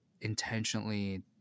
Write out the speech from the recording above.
intentionally